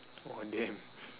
!wow! damn